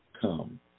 Come